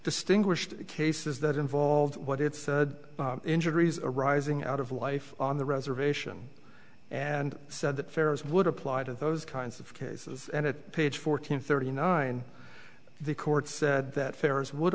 distinguished cases that involved what it said injuries arising out of life on the reservation and said that fair as would apply to those kinds of cases and it page fourteen thirty nine the court said that fair is would